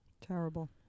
Terrible